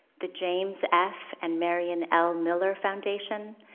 the james f. and marion l. miller foundation,